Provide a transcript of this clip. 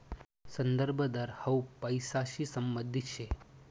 संदर्भ दर हाउ पैसांशी संबंधित शे